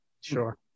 Sure